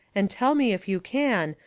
and tell me if you can,